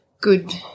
good